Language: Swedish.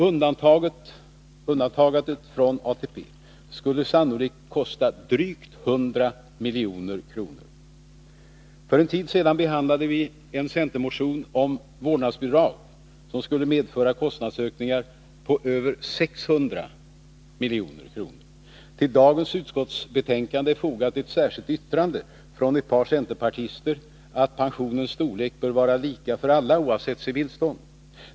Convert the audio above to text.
Undantagandet från ATP skulle sannolikt kosta drygt 100 milj.kr. För en tid sedan behandlade vi en centermotion om vårdnadsbidrag, som skulle medföra kostnadsökningar på över 600 milj.kr. Till dagens utskottsbetänkande är fogat ett särskilt yttrande från ett par centerpartister, där det anförs att pensionens storlek bör vara lika för alla, oavsett civilstånd.